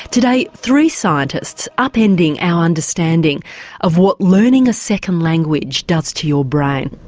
today three scientists upending our understanding of what learning a second language does to your brain.